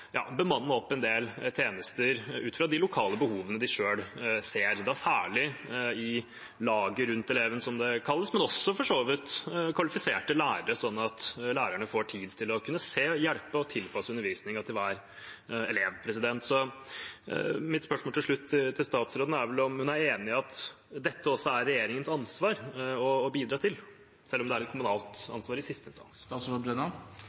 bemanne opp en del tjenester ut fra de lokale behovene de selv ser, særlig i laget rundt eleven, som det kalles, men også, for så vidt, i form av kvalifiserte lærere, sånn at lærerne får tid til å kunne se, hjelpe og tilpasse undervisningen til hver elev. Så mitt spørsmål til slutt til statsråden er om hun er enig i at dette også er regjeringens ansvar å bidra til, selv om det er et kommunalt